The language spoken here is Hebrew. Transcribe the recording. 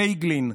פייגלין,